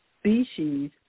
species